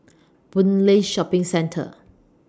Boon Lay Shopping Centre